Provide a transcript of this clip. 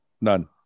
none